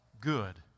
good